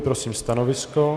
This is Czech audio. Prosím stanovisko.